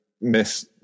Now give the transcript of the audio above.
miss